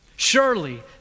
Surely